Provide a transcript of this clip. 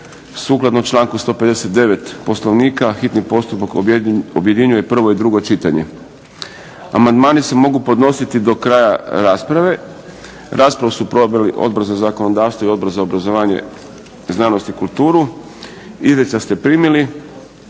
Sukladno članku 159. Poslovnika hitni postupak objedinjuje prvo i drugo čitanje. Amandmani se mogu podnositi do kraja rasprave. Raspravu su proveli Odbor za zakonodavstvo i Odbor za obrazovanje, znanost i kulturu. Izvješća ste primili